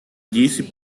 disse